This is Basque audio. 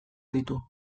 ditu